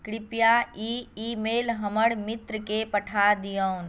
कृपया e email हमर मित्रकेँ पठा दियौन